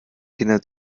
kinder